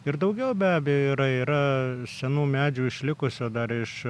ir daugiau be abejo yra yra senų medžių išlikusių dar iš